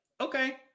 okay